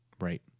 Right